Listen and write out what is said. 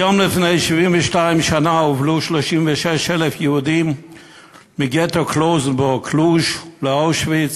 היום לפני 72 שנה הובלו 36,000 יהודים מגטו קולוז'וואר לאושוויץ,